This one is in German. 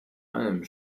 allem